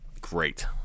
Great